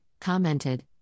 commented